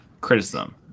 Criticism